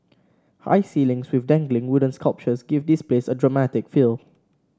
high ceilings with dangling wooden sculptures give this place a dramatic feel